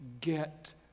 Get